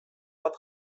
bat